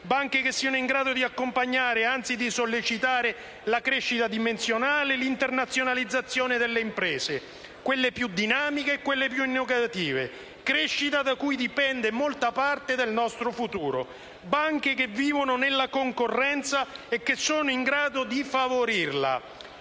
banche che siano in grado di accompagnare, anzi di sollecitare la crescita dimensionale e l'internazionalizzazione delle imprese più dinamiche, crescita da cui dipende molta parte del nostro futuro; banche che vivano nella concorrenza e siano in grado di favorirla.